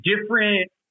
Different